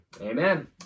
amen